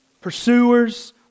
pursuers